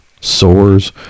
Sores